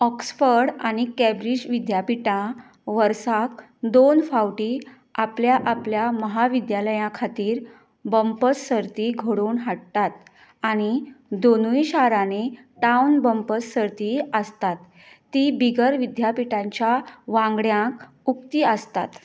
Oxford आनी Cambridge विद्यापिठां वर्साक दोन फावटीं आपल्या आपल्या महाविद्यालयां खातीर बमपर्स सर्ती घडोवन हाडटात आनी दोनूय शारांनी टावन बमपर्स सर्तीय आसतात ती बिगर विद्यापिठांच्या वांगड्यांंक उक्ती आसतात